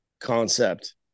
concept